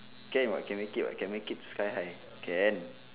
can [what] can make it [what] can make it sky high can